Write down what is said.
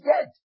dead